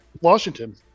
Washington